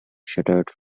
shuttered